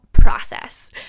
process